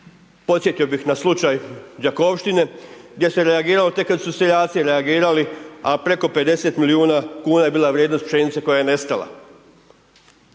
Podsjetio bi na slučaj Đakovštine gdje se reagiralo tek kad su seljaci reagirali a preko 50 milijuna kuna je bila vrijednost pšenice koja je nestala.